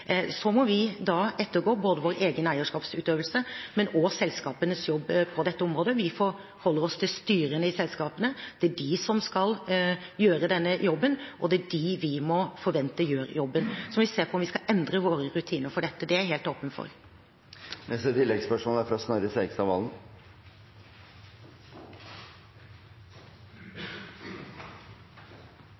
Så må vi ettergå vår egen eierskapsutøvelse, men også selskapenes jobb på dette området. Vi forholder oss til styrene i selskapene, det er de som skal gjøre denne jobben, og det er de vi må forvente gjør jobben. Så må vi se på om vi skal endre våre rutiner for dette – det er jeg helt åpen for. Snorre Serigstad Valen